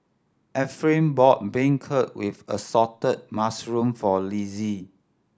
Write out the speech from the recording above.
Ephraim brought beancurd with assorted mushroom for Lizzie